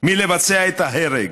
מלבצע את ההרג,